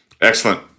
Excellent